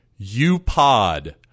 UPOD